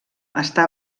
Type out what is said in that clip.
està